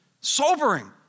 Sobering